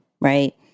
right